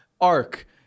arc